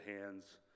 hands